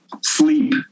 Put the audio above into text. sleep